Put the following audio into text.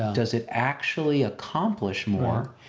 does it actually accomplish more?